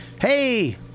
hey